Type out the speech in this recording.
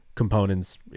components